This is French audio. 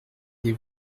des